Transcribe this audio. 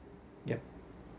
yup